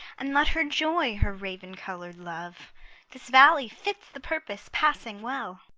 and let her joy her raven-coloured love this valley fits the purpose passing well.